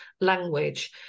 language